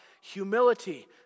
humility